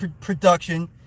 production